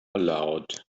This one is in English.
aloud